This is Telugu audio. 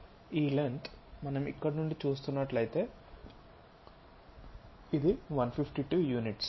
ఈ లెన్త్ మనం ఇక్కడ నుండి చూస్తున్నట్లయితే ఇది 152 యూనిట్స్